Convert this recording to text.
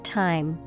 time